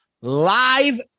live